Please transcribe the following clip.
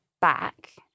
back